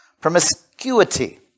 promiscuity